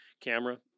camera